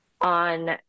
on